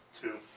Two